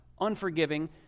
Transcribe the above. unforgiving